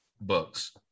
books